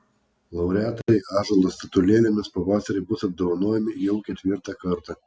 laureatai ąžuolo statulėlėmis pavasarį bus apdovanojami jau ketvirtą kartą